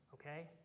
okay